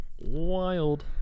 wild